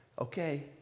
okay